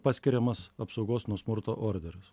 paskiriamas apsaugos nuo smurto orderis